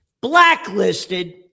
blacklisted